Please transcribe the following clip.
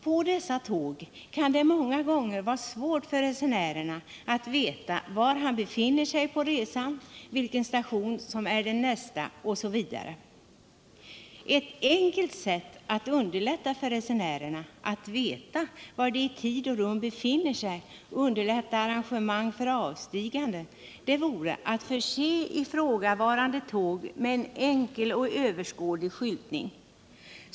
På dessa tåg kan det många gånger vara svårt för resenärerna att veta var de befinner sig under resan, vilken station som är den nästa osv. Ett enkelt sätt att underlätta för resenärerna att veta var de i tid och rum 19 befinner sig och underlätta arrangemang för avstigande vore att förse ifrågavarande tåg med en enkel och överskådlig skyltning.